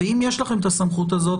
ואם יש לכם את הסמכות הזאת,